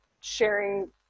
sharing